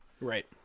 right